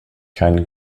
kein